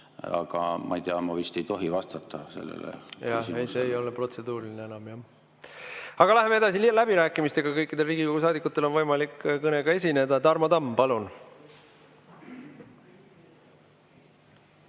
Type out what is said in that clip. Aga ma ei tea, ma vist ei tohi vastata sellele küsimusele. Ei, see ei ole protseduuriline enam. Aga läheme edasi läbirääkimistega. Kõikidel Riigikogu saadikutel on võimalik kõnega esineda. Tarmo Tamm, palun!